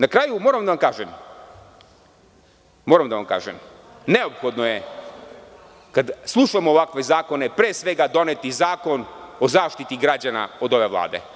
Na kraju, moram da vam kažem, neophodno je, kad slušamo ovakve zakone, pre svega doneti zakon o zaštiti građana od ove Vlade.